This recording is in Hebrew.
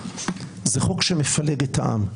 זה חוק שמפלג את העם.